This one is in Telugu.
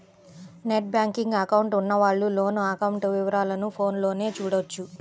నెట్ బ్యేంకింగ్ అకౌంట్ ఉన్నవాళ్ళు లోను అకౌంట్ వివరాలను ఫోన్లోనే చూడొచ్చు